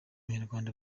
abanyarwanda